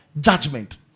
Judgment